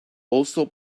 also